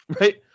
Right